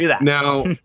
now